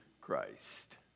Christ